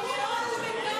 מנדלה לא?